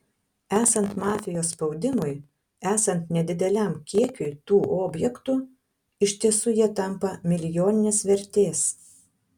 esant mafijos spaudimui esant nedideliam kiekiui tų objektų iš tiesų jie tampa milijoninės vertės